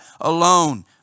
alone